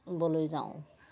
বলৈ যাওঁ